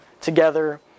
together